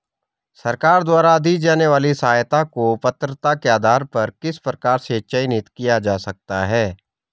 सरकार द्वारा दी जाने वाली सहायता को पात्रता के आधार पर किस प्रकार से चयनित किया जा सकता है?